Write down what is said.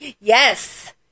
Yes